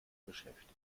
beschäftigt